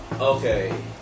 Okay